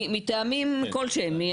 מטעמים כלשהם.